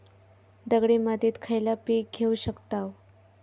दगडी मातीत खयला पीक घेव शकताव?